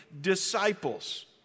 disciples